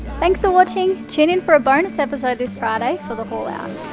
thanks for watching. tune in for a bonus episode this friday for the haul out,